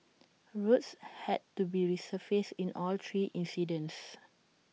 roads had to be resurfaced in all three incidents